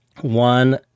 one